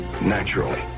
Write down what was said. naturally